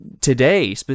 today